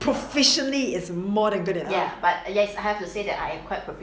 proficiently is more than good enough